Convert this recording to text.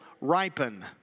ripen